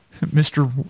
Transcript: Mr